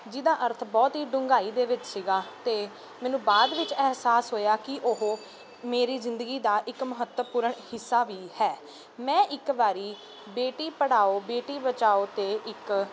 ਜਿਹਦਾ ਅਰਥ ਬਹੁਤ ਹੀ ਡੁੰਘਾਈ ਦੇ ਵਿੱਚ ਸੀਗਾ ਅਤੇ ਮੈਨੂੰ ਬਾਅਦ ਵਿੱਚ ਅਹਿਸਾਸ ਹੋਇਆ ਕਿ ਉਹ ਮੇਰੀ ਜ਼ਿੰਦਗੀ ਦਾ ਇੱਕ ਮਹੱਤਵਪੂਰਨ ਹਿੱਸਾ ਵੀ ਹੈ ਮੈਂ ਇੱਕ ਵਾਰੀ ਬੇਟੀ ਪੜਾਓ ਬੇਟੀ ਬਚਾਓ 'ਤੇ ਇੱਕ